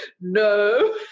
no